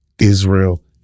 Israel